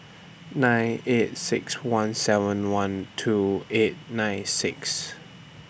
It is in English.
nine eight six one seven one two eight nine six